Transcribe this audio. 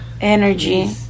energy